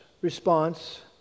response